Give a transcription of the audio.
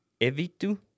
Evitu